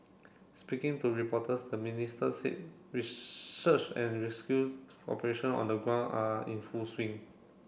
speaking to reporters the Minister said search and rescues operation on the ground are in full swing